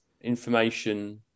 information